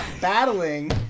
battling